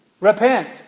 repent